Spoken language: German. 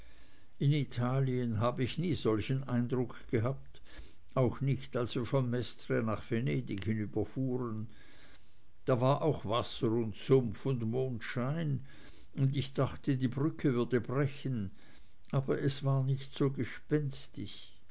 in italien habe ich nie solchen eindruck gehabt auch nicht als wir von mestre nach venedig hinüberfuhren da war auch wasser und sumpf und mondschein und ich dachte die brücke würde brechen aber es war nicht so gespenstig